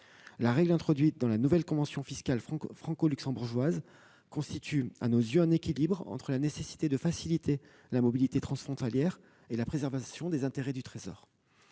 La règle introduite dans la nouvelle convention fiscale franco-luxembourgeoise constitue à nos yeux un équilibre entre la nécessité de faciliter la mobilité transfrontalière et la préservation des intérêts du Trésor.